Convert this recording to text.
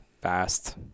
fast